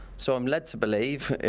so, i'm led to believe,